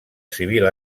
civil